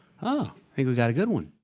ah think we got a good one.